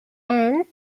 and